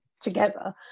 together